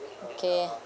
okay